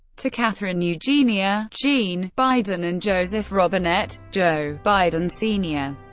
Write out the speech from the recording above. to catherine eugenia jean biden and joseph robinette joe biden sr.